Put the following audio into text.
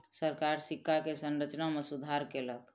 सरकार सिक्का के संरचना में सुधार कयलक